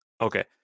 okay